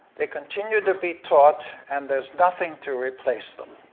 they continue to be taught and there's nothing to replace them.